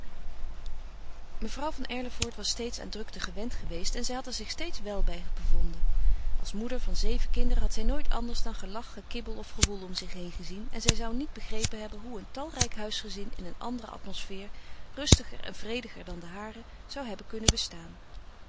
mevrouw van erlevoort was steeds aan drukte gewend geweest en zij had er zich steeds wel bij bevonden als moeder van zeven kinderen had zij nooit anders dan gelach gekibbel of gewoel om zich heen gezien en zou zij niet begrepen hebben hoe een talrijk huisgezin in een andere atmosfeer rustiger en vrediger dan de hare zou hebben kunnen bestaan